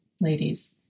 ladies